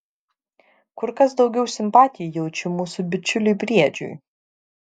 kur kas daugiau simpatijų jaučiu mūsų bičiuliui briedžiui